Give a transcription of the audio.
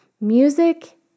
Music